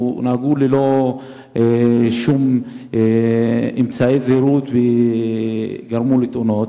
או נהגו ללא שום אמצעי זהירות וגרמו לתאונות.